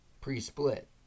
pre-split